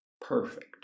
perfect